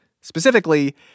Specifically